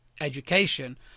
education